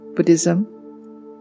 Buddhism